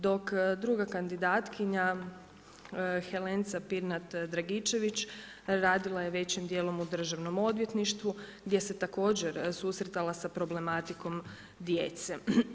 Dok druga kandidatkinja Helenca Pirnat Dragičević radila je većim dijelom u Državnom odvjetništvu gdje se također susretala sa problematikom djece.